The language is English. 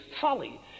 folly